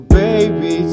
baby